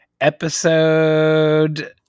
episode